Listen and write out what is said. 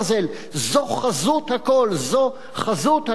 זו חזות הכול, זו חזות הגנת העורף.